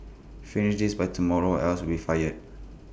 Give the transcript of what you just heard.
finish this by tomorrow or else you'll be fired